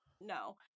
No